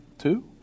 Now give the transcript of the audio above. two